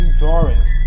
drawings